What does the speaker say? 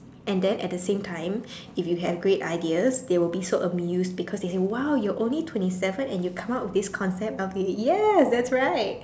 and then at the same time if you have great ideas they will be so amuse because they say !wow! you're only twenty seven and you come up with this concept well okay ya that's right